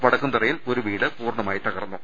വട ക്കുംതറയിൽ ഒരു വീട് പൂർണ്ണമായി തകർന്നു